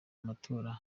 matora